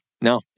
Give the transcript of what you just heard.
No